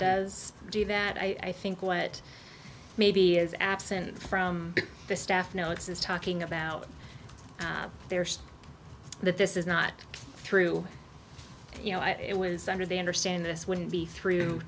does do that i think what maybe is absent from the staff notes is talking about there so that this is not true you know it was under the understand this wouldn't be through